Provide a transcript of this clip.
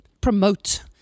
promote